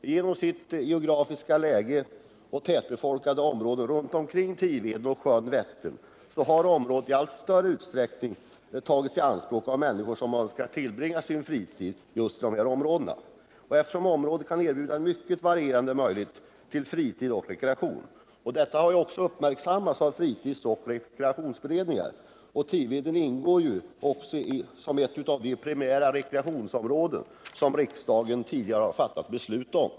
På grund av sitt geografiska läge och de tätbefolkade områdena runt omkring Tiveden och sjön Vättern har området i allt större utsträckning tagits i anspråk av människor som önskar tillbringa sin fritid just här. Området kan också erbjuda mycket varierande möjligheter till rekreation under fritiden. Detta har också uppmärksammats av fritidsoch rekreationsberedningar. Tiveden är ju också ett av de primära rekreationsområden som riksdagen tidigare har fattat beslut om.